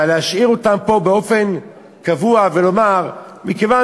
אבל להשאיר אותם פה באופן קבוע ולומר מכיוון